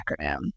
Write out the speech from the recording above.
acronym